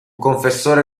confessore